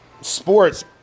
sports